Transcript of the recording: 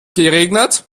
geregnet